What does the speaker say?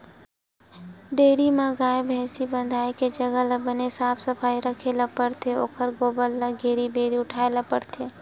dairy म गाय, भइसी बंधाए के जघा ल बने साफ सफई राखे ल परथे ओखर गोबर ल घेरी भेरी उठाए बर परथे